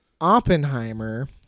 Oppenheimer